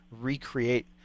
recreate